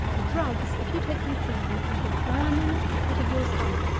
the drugs, if you take them freely, leave a burning at the pit of your stomach,